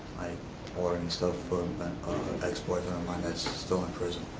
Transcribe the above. like ordering stuff for an ex-boyfriend of mine that's still in prison.